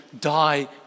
die